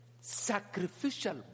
sacrificial